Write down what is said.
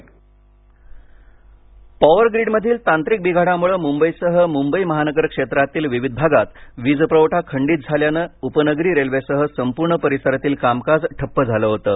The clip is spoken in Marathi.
मबई वीज पॉवर ग्रीडमधील तांत्रिक बिघाडामुळं मुंबईसह मुंबई महानगर क्षेत्रातील विविध भागात वीजपुरवठा खंडीत झाल्यानं उपनगरी रेल्वेसह संपूर्ण परिसरातील कामकाज ठप्प झालं होतं